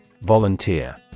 Volunteer